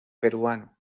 peruano